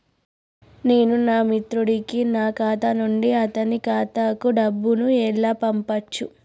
నేను నా మిత్రుడి కి నా ఖాతా నుండి అతని ఖాతా కు డబ్బు ను ఎలా పంపచ్చు?